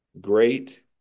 Great